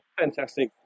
Fantastic